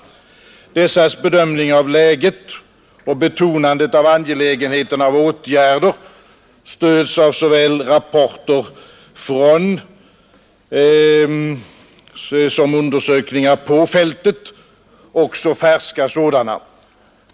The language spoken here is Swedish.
Motionernas bedömning av läget och betonandet av det angelägna i att åtgärder vidtas stöds av såväl rapporter från som undersökningar på fältet, också färska sådana.